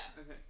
Okay